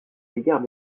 l’égard